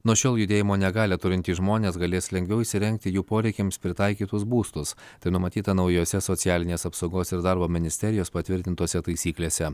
nuo šiol judėjimo negalią turintys žmonės galės lengviau įsirengti jų poreikiams pritaikytus būstus tai numatyta naujose socialinės apsaugos ir darbo ministerijos patvirtintose taisyklėse